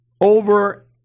over